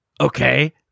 Okay